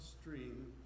stream